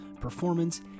performance